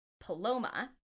Paloma